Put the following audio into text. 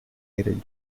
later